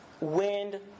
wind